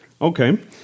Okay